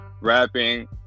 rapping